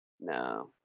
No